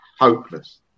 hopeless